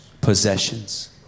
Possessions